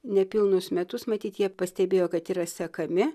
nepilnus metus matyt jie pastebėjo kad yra sekami